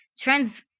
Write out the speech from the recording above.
trends